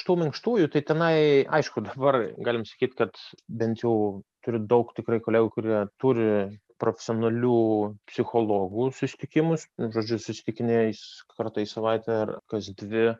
tų minkštųjų tai tenai aišku dabar galim sakyt kad bent jau turiu daug tikrai kolegų kurie turi profesionalių psichologų susitikimus žodžiu susitikinėja kartais savaitę ar kas dvi